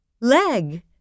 Leg